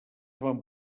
van